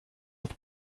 with